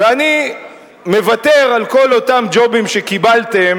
ואני מוותר על כל אותם ג'ובים שקיבלתם,